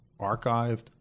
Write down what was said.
archived